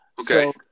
Okay